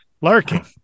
lurking